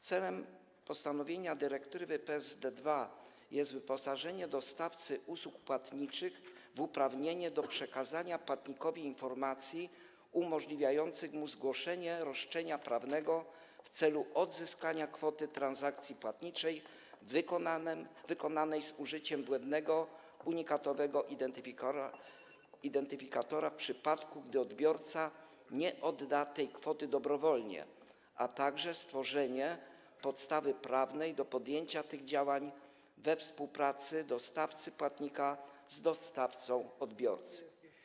Celem postanowienia dyrektywy PSD2 jest wyposażenie dostawcy usług płatniczych w uprawnienie do przekazania płatnikowi informacji umożliwiających mu zgłoszenie roszczenia prawnego w celu odzyskania kwoty transakcji płatniczej wykonanej z użyciem błędnego unikatowego identyfikatora, w przypadku gdy odbiorca nie odda tej kwoty dobrowolnie, a także stworzenie podstawy prawnej do podjęcia tych działań we współpracy dostawcy płatnika z dostawcą odbiorcy.